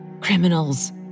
Criminals